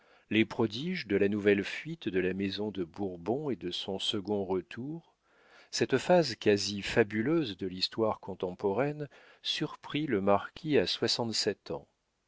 les prodiges de la nouvelle fuite de la maison de bourbon et de son second retour cette phase quasi fabuleuse de l'histoire contemporaine surprit le marquis à soixante-sept ans